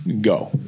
go